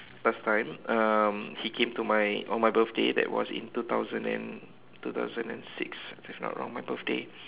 first time um he came to my on my birthday that was in two thousand and two thousand and six if I'm not wrong my birthday